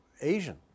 Asian